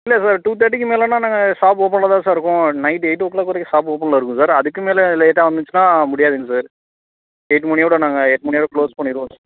இல்லை sir two தேட்டிக்கு மேலேன்னா நாங்கள் ஷாப் ஓப்பனில் தான் சார் இருக்கும் நைட் எயிட் ஓ க்ளாக் வரைக்கும் ஷாப் ஓப்பனில் இருக்கும் சார் அதுக்கு மேலே லேட்டாக வந்துச்சுன்னா முடியாதுங்க சார் எட்டு மணியோடய நாங்கள் எட்டு மணியோடய க்ளோஸ் பண்ணிருவோம்